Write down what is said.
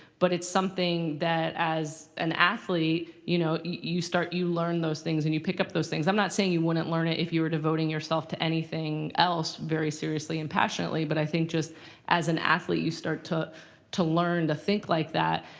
but it's something that as an athlete you know you learn those things and you pick up those things. i'm not saying you wouldn't learn it if you were devoting yourself to anything else very seriously and passionately, but i think just as an athlete, you start to to learn to think like that.